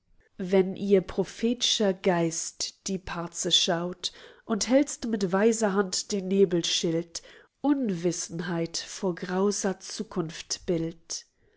wenn ihr prophet'scher geist die parze schaut und hältst mit weiser hand den nebelschild unwissenheit vor grauser zukunft